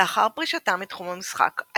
לאחר פרישתה מתחום המשחק,